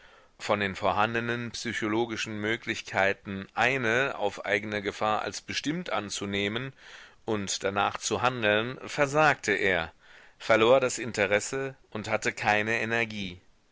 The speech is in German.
von den vorhandenen psychologischen möglichkeiten eine auf eigene gefahr als bestimmt anzunehmen und danach zu handeln versagte er verlor das interesse und hatte keine energie